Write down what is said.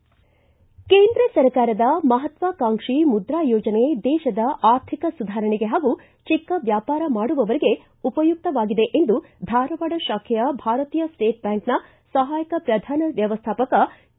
ಕೇಂದ್ರ ಸರ್ಕಾರದ ಮಹತ್ವಾಕಾಂಕ್ಷಿ ಮುದ್ರಾ ಯೋಜನೆ ದೇಶದ ಆರ್ಥಿಕ ಸುಧಾರಣೆಗೆ ಹಾಗೂ ಚಿಕ್ಕ ವ್ಯಾಪಾರ ಮಾಡುವವರಿಗೆ ಉಪಯುಕ್ತವಾಗಿದೆ ಎಂದು ಧಾರವಾಡ ಶಾಖೆಯ ಭಾರತೀಯ ಸ್ವೇಟ್ ಬ್ಯಾಂಕ್ನ ಸಹಾಯಕ ಪ್ರಧಾನ ವ್ವಮ್ಮಾಪಕ ಕೆ